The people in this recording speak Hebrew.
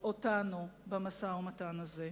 אותנו במשא-ומתן הזה.